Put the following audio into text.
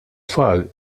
tfal